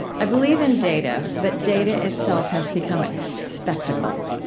i believe in data, but data itself has become spectacle.